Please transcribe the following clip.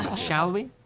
shall we?